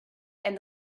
and